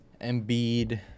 Embiid